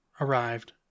arrived